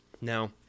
Now